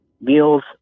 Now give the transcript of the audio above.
meals